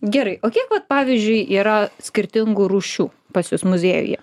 gerai o kiek vat pavyzdžiui yra skirtingų rūšių pas jus muziejuje